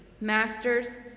masters